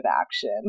action